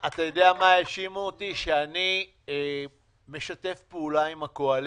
האשימו אותי שאני משתף פעולה עם הקואליציה,